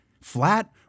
flat